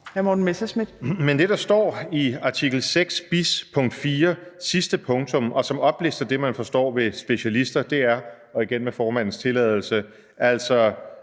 Men det, der står i artikel 6bis, punkt 4, sidste punktum, og som oplister det, man forstår ved specialister, er – og igen med formandens tilladelse –